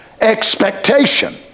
Expectation